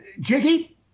Jiggy